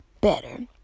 better